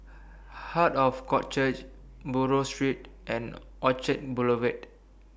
Heart of God Church Buroh Street and Orchard Boulevard